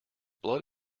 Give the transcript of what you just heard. blood